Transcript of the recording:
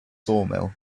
sawmill